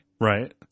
right